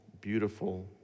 beautiful